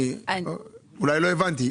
אולי לא הבנתי.